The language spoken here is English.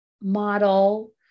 model